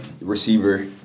receiver